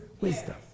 wisdom